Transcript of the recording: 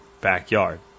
backyard